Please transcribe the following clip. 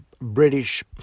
British